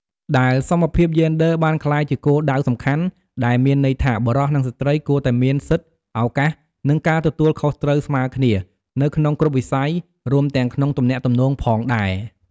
ដែលសមភាពយេនឌ័របានក្លាយជាគោលដៅសំខាន់ ដែលមានន័យថាបុរស និងស្ត្រីគួរតែមាន សិទ្ធិ ឱកាស និងការទទួលខុសត្រូវស្មើគ្នា នៅក្នុងគ្រប់វិស័យ រួមទាំងក្នុងទំនាក់ទំនងផងដែរ។